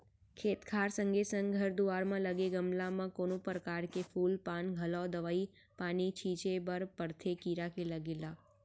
खेत खार संगे संग घर दुवार म लगे गमला म कोनो परकार के फूल पान म घलौ दवई पानी छींचे बर परथे कीरा के लगे ले